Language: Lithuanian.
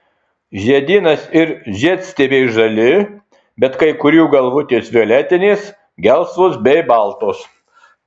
žiedynas ir žiedstiebiai žali bet kai kurių galvutės violetinės gelsvos bei baltos